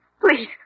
Please